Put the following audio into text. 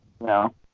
No